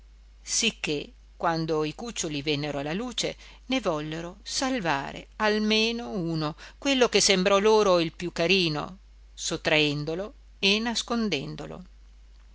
sicché quando i cuccioli vennero alla luce ne vollero salvare almeno uno quello che sembrò loro il più carino sottraendolo e nascondendolo